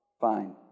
fine